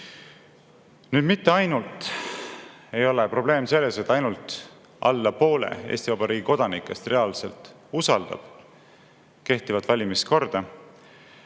ole mitte ainult selles, et ainult alla poole Eesti Vabariigi kodanikest reaalselt usaldab kehtivat valimiskorda,